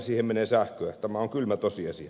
tämä on kylmä tosiasia